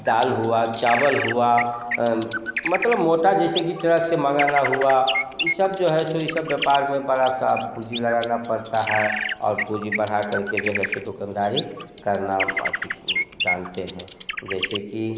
दाल हुआ चावल हुआ मतलब मोटा जैसे कि ट्रक से मंगाना हुआ ये सब जो है सो इ सब व्यापार जो है बड़ा सा पूँजी लगाना पड़ता है और पूँजी बढ़ाकर के जो है सो दुकानदारी करना अधिक जानते हैं जैसे कि